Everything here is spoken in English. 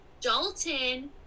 Dalton